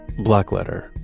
blackletter